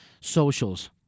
socials